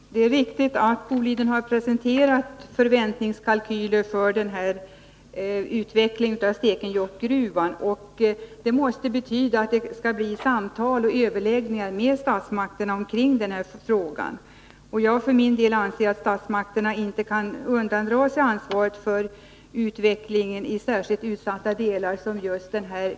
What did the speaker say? Fru talman! Det är riktigt att Boliden har presenterat förväntningskalkyler för utvecklingen i Stekenjokkgruvan. Det måste betyda att det skall bli överläggningar med statsmakterna kring den här frågan. Jag för min del anser att statsmakterna inte kan undandra sig ansvaret för utvecklingen i särskilt utsatta delar av landet.